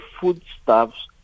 foodstuffs